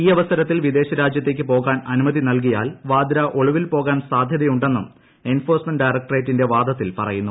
ഈ അവസരത്തിൽ വിദേശരാജ്യത്തേയ്ക്ക് പോകാൻ അന്നുമൃതിനൽകിയാൽ വാദ്ര ഒളിവിൽ പോകാൻ സാധ്യതയുണ്ടെട്ടിന്നും ്എൻഫോഴ്സ്മെന്റ ഡയറക്ട്രേറ്റിന്റെ വാദത്തിൽ പ്യയുന്നു